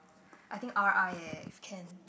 I think r_i eh if can